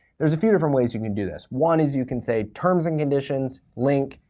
there's a few different ways you can do this. one is, you can say, terms and conditions link,